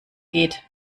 geht